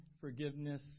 forgiveness